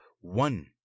one